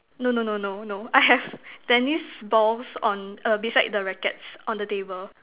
no no no no no I have tennis balls on a beside the rackets on the table